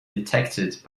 detected